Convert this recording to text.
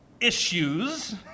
issues